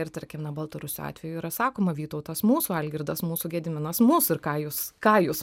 ir tarkim na baltarusių atveju yra sakoma vytautas mūsų algirdas mūsų gediminas mūsų ir ką jūs ką jūs